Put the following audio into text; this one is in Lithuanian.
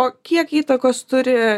o kiek įtakos turi